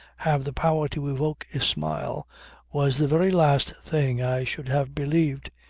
have the power to evoke a smile was the very last thing i should have believed.